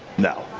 no.